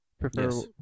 prefer